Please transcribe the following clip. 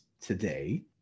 today